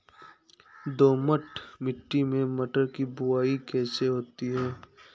दोमट मिट्टी में मटर की बुवाई कैसे होती है?